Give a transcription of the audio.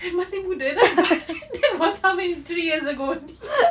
masih muda that was how many three years ago only